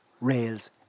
rails